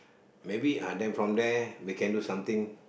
maybe uh then from there we can do something